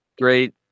great